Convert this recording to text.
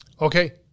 Okay